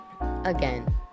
again